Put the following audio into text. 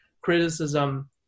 criticism